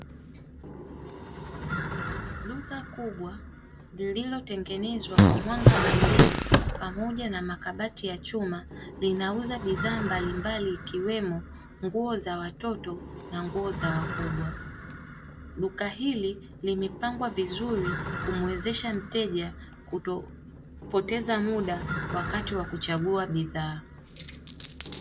Duka kubwa lililotengenezwa kwa mwanga bandia pamoja na makabati ya chuma; linauza bidhaa mbalimbali ikiwemo nguo za watoto na nguo za wakubwa. Duka hili limepangwa vizuri kumuwezesha mteja kutopoteza muda wakati wa kuchagua bidhaa.